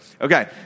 Okay